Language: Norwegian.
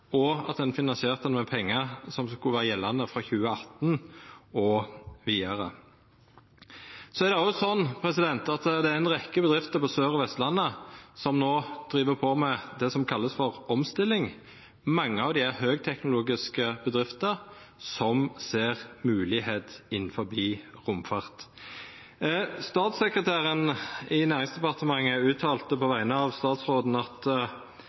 og at ein finansierte det med pengar som skulle vera gjeldande for 2018 og vidare. Så er det òg sånn at det er ei rekkje bedrifter på Sør- og Vestlandet som no driv på med det som vert kalla for «omstilling». Mange av dei er høgteknologiske bedrifter som ser moglegheiter innanfor romfart. Statssekretæren i Næringsdepartementet uttalte på vegner av statsråden at